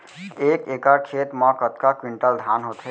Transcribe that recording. एक एकड़ खेत मा कतका क्विंटल धान होथे?